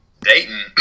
Dayton